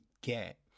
get